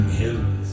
hills